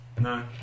No